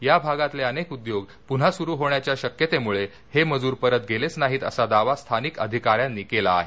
या भागातले अनेक उद्योग पुन्हा सुरू होण्याच्या शक्यतेमुळे हे मजूर परत गेलेच नाहित असा दावा स्थानिक अधिकाऱ्यांनी केला आहे